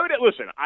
listen